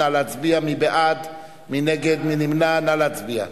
והצעת החוק המונחת לפניכם באה לממש התחייבות זו